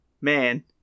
man